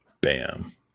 Bam